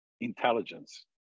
intelligence